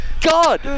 god